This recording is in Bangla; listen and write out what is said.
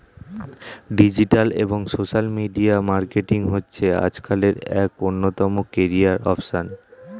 ডিজিটাল এবং সোশ্যাল মিডিয়া মার্কেটিং হচ্ছে আজকালের এক অন্যতম ক্যারিয়ার অপসন